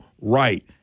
right